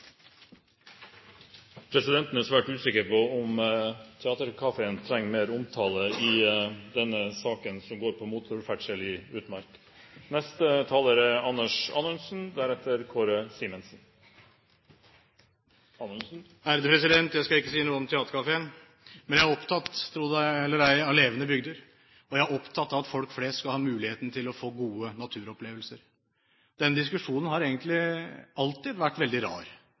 Presidenten er svært usikker på om Theatercaféen trenger mer omtale i denne saken, som gjelder motorferdsel i utmark. Jeg skal ikke si noe om Theatercaféen, men jeg er opptatt – tro det eller ei – av levende bygder, og jeg er opptatt av at folk flest skal ha muligheten til å få gode naturopplevelser. Denne diskusjonen har egentlig alltid vært veldig rar,